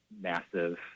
massive